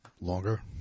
longer